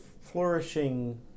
flourishing